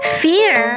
fear